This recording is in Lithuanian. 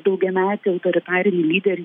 daugiametį autoritarinį lyderį